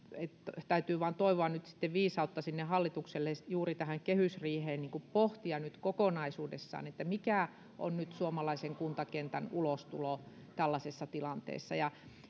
täytyy nyt vain toivoa viisautta sinne hallitukselle juuri tähän kehysriiheen pohtia kokonaisuudessaan mikä on nyt suomalaisen kuntakentän ulostulo tällaisessa tilanteessa